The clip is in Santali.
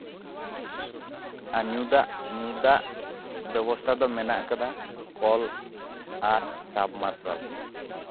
ᱟᱨ ᱧᱩᱫᱟᱜ ᱧᱩᱫᱟᱜ ᱵᱮᱵᱚᱥᱛᱷᱟ ᱫᱚ ᱢᱮᱱᱟᱜ ᱠᱟᱫᱟ ᱠᱚᱞ ᱟᱨ ᱥᱟᱵ ᱢᱟᱨᱥᱟᱞ